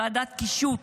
ועדת קישוט